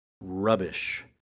rubbish